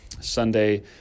Sunday